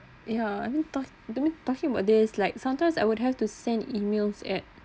ya and then talk the me talking about this like sometimes I would have to send emails at